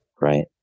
right